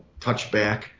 touchback